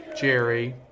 Jerry